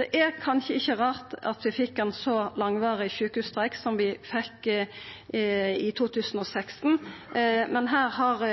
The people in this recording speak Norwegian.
er det kanskje ikkje så rart at vi fekk ein så langvarig sjukshusstreik som vi fekk i 2016, men her har